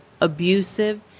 abusive